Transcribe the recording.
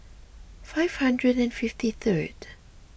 five hundred and fifty third